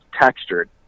textured